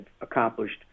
accomplished